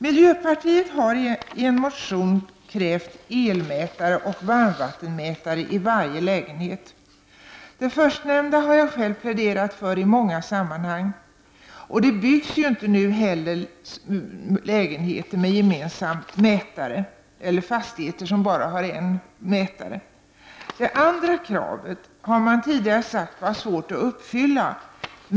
Miljöpartiet har i en motion krävt elmätare och varmvattenmätare i varje lägenhet. Det förstnämnda har jag själv pläderat för i många sammanhang. Det byggs ju inte heller numera lägenheter med gemensam elmätare eller fastigheter med endast en mätare. Det andra kravet har man tidigare sagt vara svårt att uppfylla.